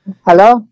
Hello